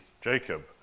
Jacob